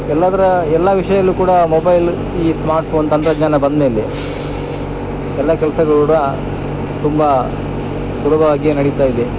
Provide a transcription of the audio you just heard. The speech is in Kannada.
ಎಲ್ಲದ್ರ ಎಲ್ಲ ವಿಷಯದಲ್ಲು ಕೂಡ ಮೊಬೈಲ ಈ ಸ್ಮಾರ್ಟ್ಫೋನ್ ತಂತ್ರಜ್ಞಾನ ಬಂದ್ಮೇಲೆ ಎಲ್ಲ ಕೆಲಸ ಕೂಡ ತುಂಬಾ ಸುಲಭವಾಗಿಯೇ ನಡಿತಾ ಇದೆ